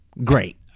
Great